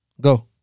Go